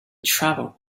travel